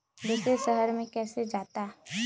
दूसरे शहर मे कैसे जाता?